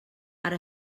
ara